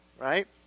right